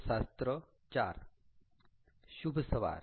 શુભ સવાર